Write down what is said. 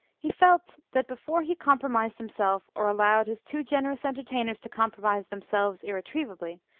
he felt that, before he compromised himself, or allowed his too generous entertainers to compromise themselves irretrievably,